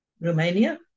Romania